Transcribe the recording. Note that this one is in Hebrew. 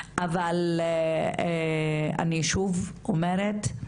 אבל אני שוב אומרת,